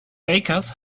bakers